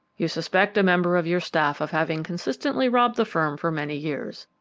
you suspect a member of your staff of having consistently robbed the firm for many years.